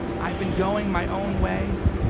i've been going my own way,